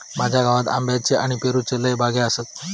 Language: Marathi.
माझ्या गावात आंब्याच्ये आणि पेरूच्ये लय बागो आसत